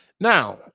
Now